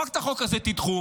ולא רק את החוק הזה תדחו,